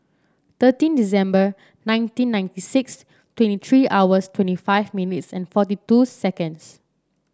thirteen December nineteen ninety six twenty three hours twenty five minutes and forty two seconds